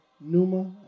Numa